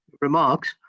remarks